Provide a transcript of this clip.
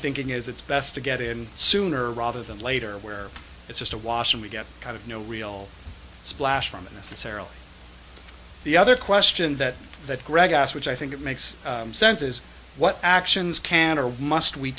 thinking is it's best to get in sooner rather than later where it's just a wash and we get kind of no real splash from it necessarily the other question that that greg asked which i think it makes sense is what actions can or must we